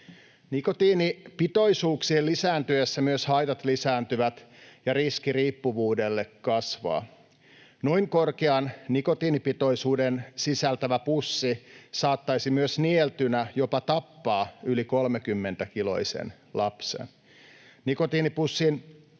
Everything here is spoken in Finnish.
Nikotiinipitoisuuksien lisääntyessä myös haitat lisääntyvät ja riski riippuvuudelle kasvaa. Noin korkean nikotiinipitoisuuden sisältävä pussi saattaisi myös nieltynä jopa tappaa yli 30-kiloisen lapsen. Nikotiinipussin